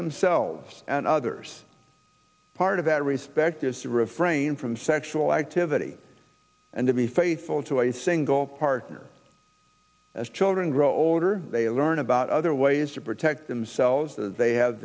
themselves and others part of that respect is to refrain from sexual activity and to be faithful to a single partner as children grow older they learn about other ways to protect themselves that they have